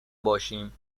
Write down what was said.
باشیم